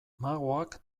magoak